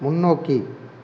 முன்னோக்கி